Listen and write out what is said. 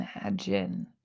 imagine